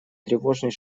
тревожный